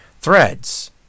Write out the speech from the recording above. Threads